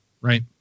right